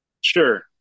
Sure